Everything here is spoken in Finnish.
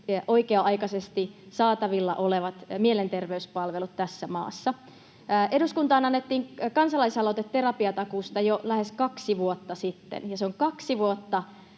oikea-aikaisesti saatavilla olevat mielenterveyspalvelut tässä maassa. Eduskuntaan annettiin kansalaisaloite terapiatakuusta jo lähes kaksi vuotta sitten, ja sitä on kaksi vuotta